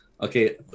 Okay